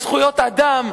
על זכויות אדם,